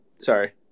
Sorry